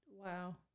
Wow